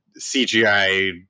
CGI